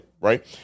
right